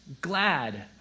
glad